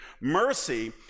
Mercy